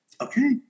Okay